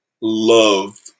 love